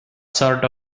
sort